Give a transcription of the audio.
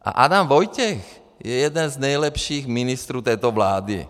A Adam Vojtěch je jeden z nejlepších ministrů této vlády.